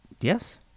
Yes